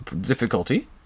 difficulty